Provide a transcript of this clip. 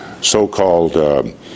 so-called